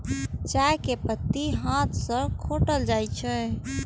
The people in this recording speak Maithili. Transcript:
चाय के पत्ती कें हाथ सं खोंटल जाइ छै